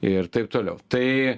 ir taip toliau tai